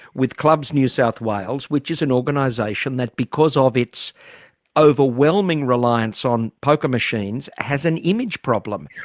with clubs new south wales, which is an organisation that, because of its overwhelming reliance on poker machines, has an image problem.